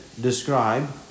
describe